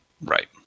Right